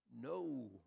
No